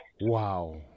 Wow